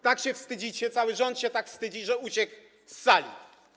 Tak się wstydzicie, cały rząd się tak wstydzi, że uciekł z sali.